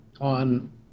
on